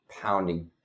pounding